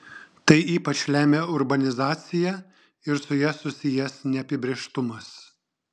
tai ypač lemia urbanizacija ir su ja susijęs neapibrėžtumas